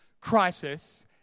crisis